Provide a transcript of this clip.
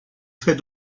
fait